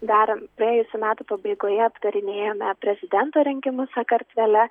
dar praėjusių metų pabaigoje aptarinėjome prezidento rinkimus sakartvele